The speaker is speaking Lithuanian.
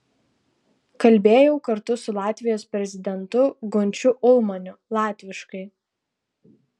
kalbėjau kartu su latvijos prezidentu gunčiu ulmaniu latviškai